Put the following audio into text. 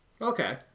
Okay